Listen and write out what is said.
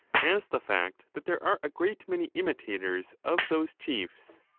as the fact that there are a great many imitators of those chiefs.